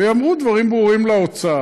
וייאמרו דברים ברורים לאוצר.